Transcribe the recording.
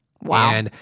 Wow